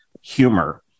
humor